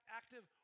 active